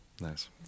Nice